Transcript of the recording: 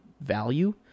value